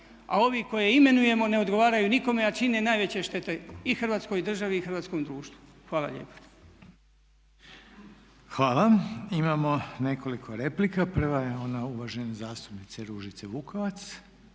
a ovi koje imenujemo ne odgovaraju nikome a čine najveće štete i Hrvatskoj državi i hrvatskom društvu. Hvala lijepa. **Reiner, Željko (HDZ)** Hvala. Imamo nekoliko replika. Prva je ona uvažene zastupnice Ružice Vukovac.